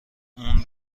اون